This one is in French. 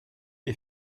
est